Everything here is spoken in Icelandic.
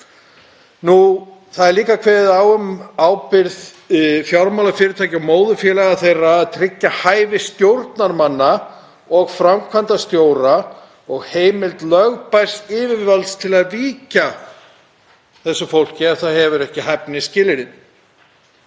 Það er líka kveðið á um ábyrgð fjármálafyrirtækja og móðurfélaga þeirra við að tryggja hæfi stjórnarmanna og framkvæmdastjóra og heimild lögbærs yfirvalds til að víkja þessu fólki frá ef það uppfyllir ekki hæfnisskilyrðin.